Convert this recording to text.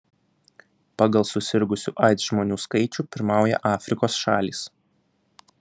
pagal susirgusių aids žmonių skaičių pirmauja afrikos šalys